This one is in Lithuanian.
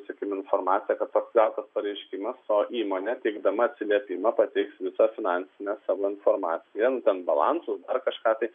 sakykime informaciją kad toks gautas pareiškimas o įmonė teikdama atsiliepimą pateiks visą finansinę savo informaciją nu ten balansus kažką tai